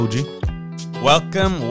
Welcome